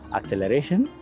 acceleration